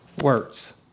words